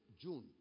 June